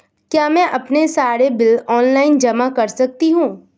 क्या मैं अपने सारे बिल ऑनलाइन जमा कर सकती हूँ?